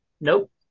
nope